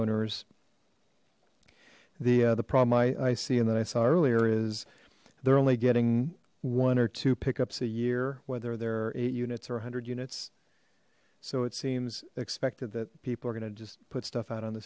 owners the the problem i i see and that i saw earlier is they're only getting one or two pickups a year whether there are eight units or a hundred units so it seems expected that people are going to just put stuff out on the